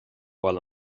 mhaith